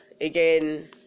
again